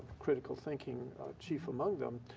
critical thinking chief among them,